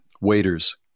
Waiters